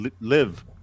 live